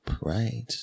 right